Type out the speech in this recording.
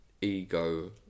ego